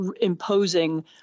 imposing